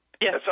Yes